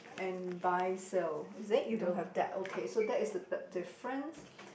and buy sale is it you don't have that okay so that is the third difference